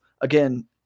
again